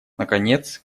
наконец